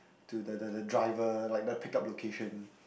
to the the the driver like the pick up location